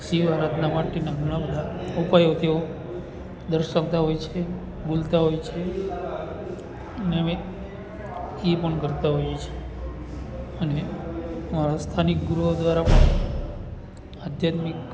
શિવ આરાધના માટેના ઘણા બધા ઉપાયો તેઓ દર્શાવતા હોય છે બોલતા હોય છે ને હવે એ પણ કરતા હોય છે અને અમારા સ્થાનિક ગુરુ દ્વારા પણ આધ્યાત્મિક